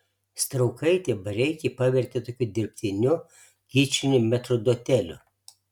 straukaitė bareikį pavertė tokiu dirbtiniu kičiniu metrdoteliu